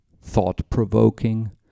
thought-provoking